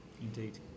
Indeed